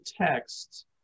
Text